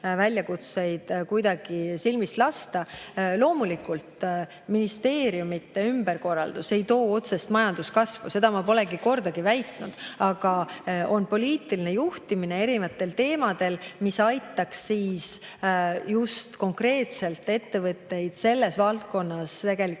väljakutseid kuidagi silmist lasta. Loomulikult ei too ministeeriumide ümberkorraldamine otsest majanduskasvu, seda ma polegi kordagi väitnud. Aga poliitiline juhtimine erinevatel teemadel aitab just konkreetselt ettevõtetel selles valdkonnas ree peale